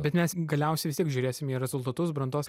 bet mes galiausiai vis tiek žiūrėsim į rezultatus brandos